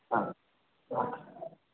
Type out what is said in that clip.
ಹಾಂ